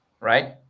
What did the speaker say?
right